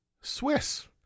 Swiss